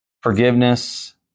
forgiveness